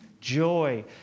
Joy